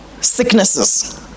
sicknesses